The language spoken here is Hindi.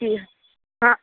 जी हाँ